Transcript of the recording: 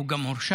הוא גם הורשע.